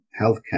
healthcare